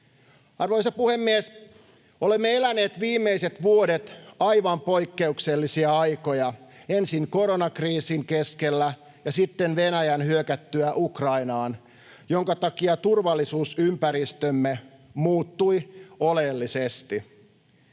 Arvoisa puhemies! Olemme eläneet viimeiset vuodet aivan poikkeuksellisia aikoja ensin koronakriisin keskellä ja sitten Venäjän hyökättyä Ukrainaan, jonka takia turvallisuusympäristömme muuttui oleellisesti.